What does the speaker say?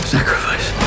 Sacrifice